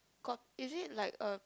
got is it like a